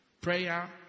Prayer